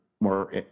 more